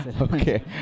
Okay